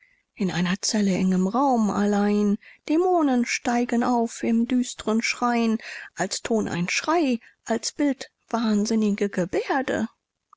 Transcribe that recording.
in einer zelle engem raum allein dämonen steigen auf im düstren schrein als ton ein schrei als bild wahnsinnige geberde